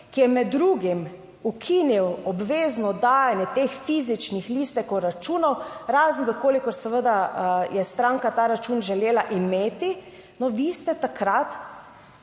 ki je med drugim ukinil obvezno dajanje teh fizičnih listekov, računov, razen v kolikor seveda je stranka ta račun želela imeti. No, vi ste takrat